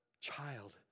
child